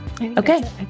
Okay